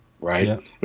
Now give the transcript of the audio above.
right